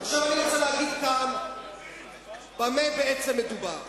עכשיו אני רוצה להגיד במה בעצם מדובר.